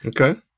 Okay